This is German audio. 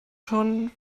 schon